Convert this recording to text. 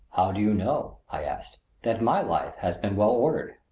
how do you know, i asked, that my life has been well-ordered?